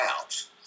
out